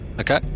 Okay